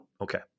okay